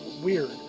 weird